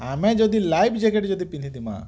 ଆମେ ଯଦି life jacket ଯଦି ପିନ୍ଧିଥିଁମା